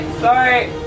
sorry